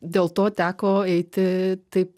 dėl to teko eiti taip